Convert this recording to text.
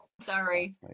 Sorry